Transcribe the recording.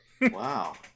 Wow